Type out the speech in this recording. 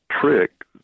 trick